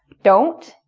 don't,